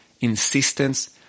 insistence